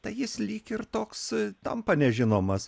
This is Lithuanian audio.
tai jis lyg ir toks tampa nežinomas